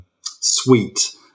sweet